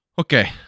Okay